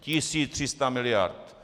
Tisíc tři sta miliard!